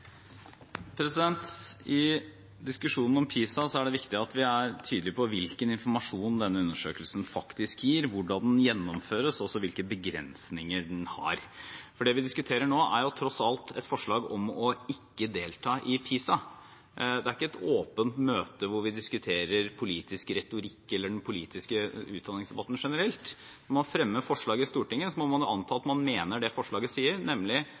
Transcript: I diskusjonen om PISA er det viktig at vi er tydelige på hvilken informasjon denne undersøkelsen faktisk gir, hvordan den gjennomføres og hvilke begrensninger den har, for det vi diskuterer nå, er tross alt et forslag om ikke å delta i PISA. Det er ikke et åpent møte hvor vi diskuterer politisk retorikk eller den politiske utdanningsdebatten generelt. Når man fremmer et forslag i Stortinget, må man jo anta at man mener det forslaget sier, nemlig